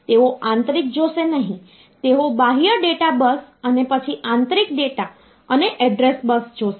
તેઓ આંતરિક જોશે નહીં તેઓ બાહ્ય ડેટા બસ અને પછી આંતરિક ડેટા અને એડ્રેસ બસ જોશે